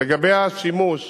ולגבי השימוש,